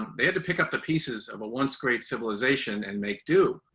um they had to pick up the pieces of a once great civilization and make do.